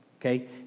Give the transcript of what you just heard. Okay